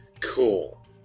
Cool